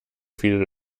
viele